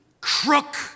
crook